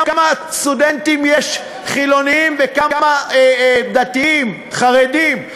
כמה סטודנטים חילונים יש וכמה דתיים חרדים?